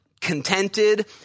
contented